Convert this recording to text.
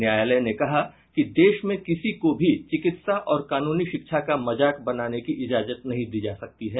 न्यायालय ने कहा कि देश में किसी को भी चिकित्सा और कानूनी शिक्षा का मजाक बनाने की इजाजत नहीं दी जा सकती है